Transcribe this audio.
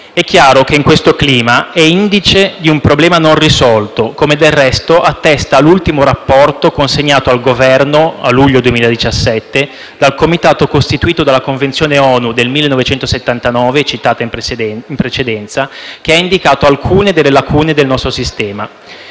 È chiaro che un tale clima è indice di un problema non risolto, come del resto attesta l'ultimo rapporto consegnato al Governo a luglio 2017 dal Comitato costituito dalla Convenzione ONU del 1979 citata in precedenza, che ha indicato alcune delle lacune del nostro sistema.